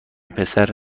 پسر